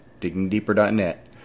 diggingdeeper.net